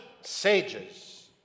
sages